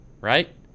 right